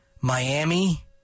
Miami